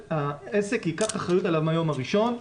שהעסק ייקח אחריות עליו מהיום הראשון,